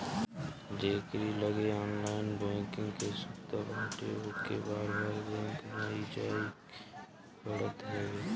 जेकरी लगे online banking के सुविधा बाटे ओके बार बार बैंक नाइ जाए के पड़त हवे